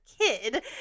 kid